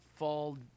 fall